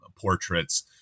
portraits